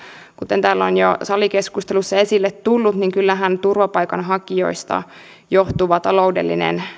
kuten täällä on jo salikeskusteluissa esille tullut että kyllähän turvapaikanhakijoista johtuva taloudellinen